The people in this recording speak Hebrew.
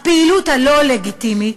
הפעילות הלא-לגיטימית,